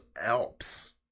Alps